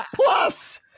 Plus